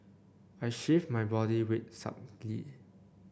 I shift my body weight subtly